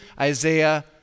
Isaiah